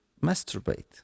masturbate